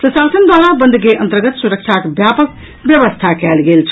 प्रशासन द्वारा बंद के अंतर्गत सुरक्षाक व्यापक व्यवस्था कयल गेल छल